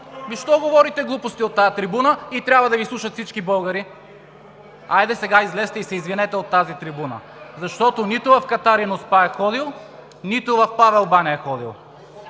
Защо говорите глупости от тази трибуна и трябва да Ви слушат всички българи? Хайде сега, излезте и се извинете от тази трибуна! Защото нито в „Катарино спа“ е ходил, нито в Павел Баня е ходил,